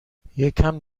یکم